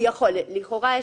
לכאורה יכול,